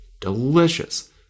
delicious